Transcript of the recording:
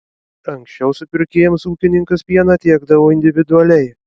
anksčiau supirkėjams ūkininkas pieną tiekdavo individualiai